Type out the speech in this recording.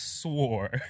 swore